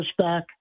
pushback